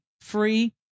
free